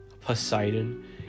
poseidon